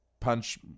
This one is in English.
punch